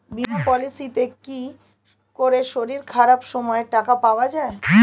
বীমা পলিসিতে কি করে শরীর খারাপ সময় টাকা পাওয়া যায়?